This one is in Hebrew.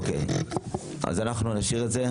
אנחנו נשאיר את זה.